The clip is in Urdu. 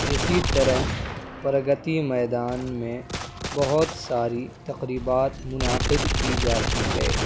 اسی طرح پرگتی میدان میں بہت ساری تقریبات منعقد کی جاتی ہے